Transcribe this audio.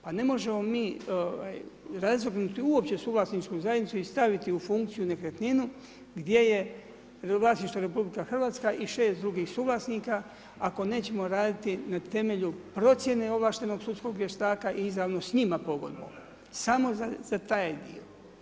Pa ne možemo mi razvrgnuti uopće suvlasničku zajednicu i staviti u funkciju nekretninu gdje je vlasništvo RH i 6 drugih suvlasnika ako nećemo raditi na temelju procjene ovlaštenog sudskog vještaka i izravno s njima … samo za taj dio.